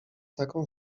taką